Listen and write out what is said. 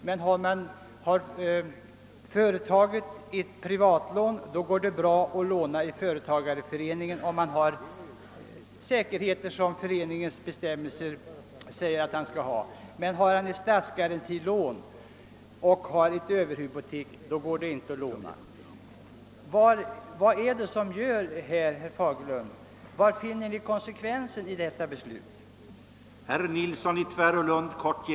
Men har företagaren ett privatlån går det bra att låna av företagareföreningen, om företagaren kan lämna de säkerheter som föreskrivs i föreningens bestämmelser. Men har företagaren ett statsgarantilån och dessutom ett överhypotek, så går det inte att låna. Var finns konsekvensen i detta ställningstagande?